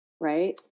Right